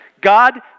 God